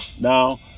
Now